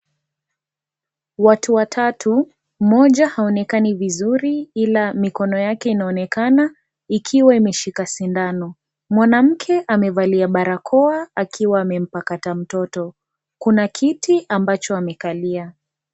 Watu watatu. Mmoja, haonekani vizuri ila, mikono yake inaonekana ikiwa imeshika sindano. Mwanamke amevalia barakoa akiwa amempakata mtoto. Kuna kiti ambacho amekalia.